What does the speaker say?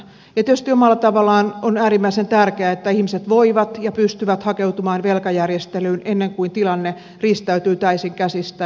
ja tietysti omalla tavallaan on äärimmäisen tärkeää että ihmiset pystyvät hakeutumaan velkajärjestelyyn ennen kuin tilanne riistäytyy täysin käsistä